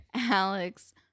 alex